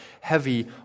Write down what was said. heavy